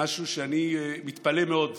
משהו שאני מתפלא עליו מאוד.